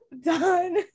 done